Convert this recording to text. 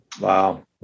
Wow